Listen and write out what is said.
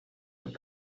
with